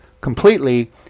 completely